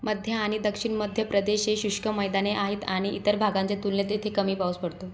मध्य आणि दक्षिण मध्य प्रदेश हे शुष्क मैदाने आहेत आणि इतर भागांच्या तुलनेत तेथे कमी पाऊस पडतो